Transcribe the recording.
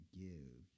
give